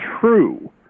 true